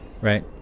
Right